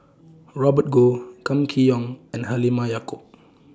Robert Goh Kam Kee Yong and Halimah Yacob